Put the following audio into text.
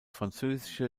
französische